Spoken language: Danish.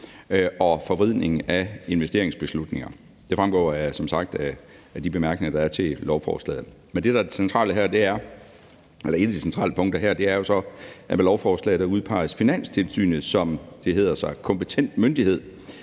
og forvridning af investeringsbeslutninger. Det fremgår som sagt af de bemærkninger, der er til lovforslaget. Men et af de centrale punkter her er jo så, at med lovforslaget udpeges Finanstilsynet som kompetent myndighed